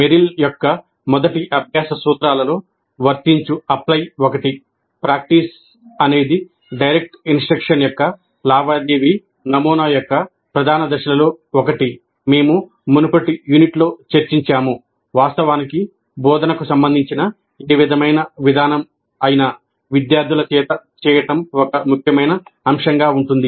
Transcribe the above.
Merrill యొక్క మొదటి అభ్యాస సూత్రాలలో 'వర్తించు' వాస్తవానికి బోధనకు సంబంధించిన ఏ విధమైన విధానం అయినా 'విద్యార్థుల చేత చేయటం' ఒక ముఖ్యమైన అంశంగా ఉంటుంది